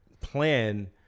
plan